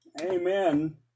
Amen